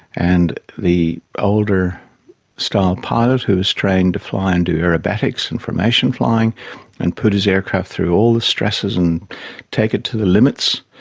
and the older style pilot who is trained to fly and do aerobatics and formation flying and put his aircraft through all the stresses and take it to the limits,